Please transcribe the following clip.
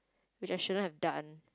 which I shouldn't have done